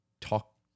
talk